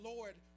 Lord